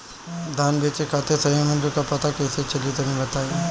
धान बेचे खातिर सही मूल्य का पता कैसे चली तनी बताई?